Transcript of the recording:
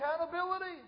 accountability